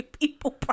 people